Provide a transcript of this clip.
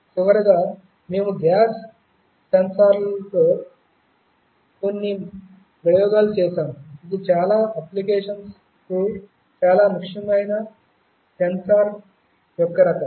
చివరగా మేము గ్యాస్ సెన్సార్ల తో కొన్ని ప్రయోగాలు చేసాము ఇది చాలా అప్లికేషన్స్ కు చాలా ముఖ్యమైన సెన్సార్ యొక్క రకం